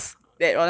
(uh huh)